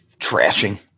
trashing